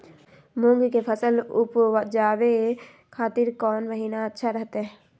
मूंग के फसल उवजावे खातिर कौन महीना अच्छा रहतय?